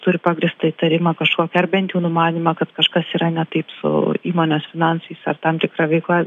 turi pagrįstą įtarimą kažkokį ar bent jų numanymą kad kažkas yra ne taip su įmonės finansais ar tam tikra veikla